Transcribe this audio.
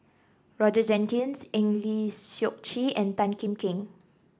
Roger Jenkins Eng Lee Seok Chee and Tan Kim Seng